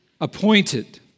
appointed